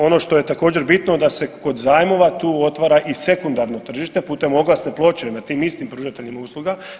Ono što je također bitno da se kod zajmova tu otvara i sekundarno tržište putem oglasne ploče nad tim istim pružateljima usluga.